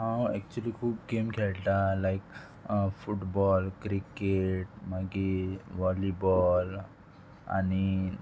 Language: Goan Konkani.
हांव एक्चली खूब गेम खेळटा लायक फुटबॉल क्रिकेट मागीर वॉलीबॉल आनी